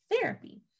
therapy